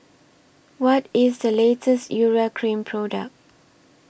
What IS The latest Urea Cream Product